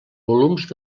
volums